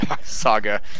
saga